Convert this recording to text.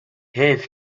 حیف